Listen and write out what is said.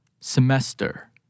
Semester